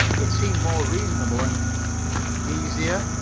it seemed more reasonable and easier,